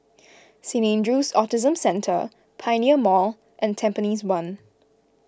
Saint andrew's Autism Centre Pioneer Mall and Tampines one